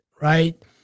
right